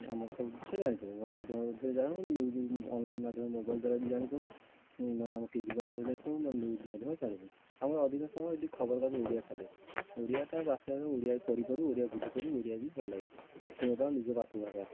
ଆମର ସବୁ ଜିନିଷ ଜାଣି ପାରୁ ଗଣମାଧ୍ୟମ ମଧ୍ୟ ଜାଣୁ ନ୍ୟୁଜ୍ ଅନଲାଇନ୍ ମାଧ୍ୟମ ମୋବାଇଲ୍ ଦ୍ଵାରା ବି ଜାଣି ପାରୁ ମାନେ ଆମ ଟିଭି ମାଧ୍ୟମରେ ଜାଣି ପାରୁ ନହେଲେ ନ୍ୟୁଜ୍ ମାଧ୍ୟମରେ ଜାଣୁ ଆମର ଅଧିକାଂଶ ସମୟ ରେ ଏଇଠି ଖବର କାଗଜ ଓଡ଼ିଆ ଚାଲେ ଓଡ଼ିଆ ଟା ଓଡ଼ିଆ ବି ପଢ଼ି ପାରୁ ଓଡ଼ିଆ ବୁଝି ପାରୁ ଓଡ଼ିଆ ବି ଭଲ ଲାଗେ ଶୁଣିବା ନିଜ ମାତୃଭାଷା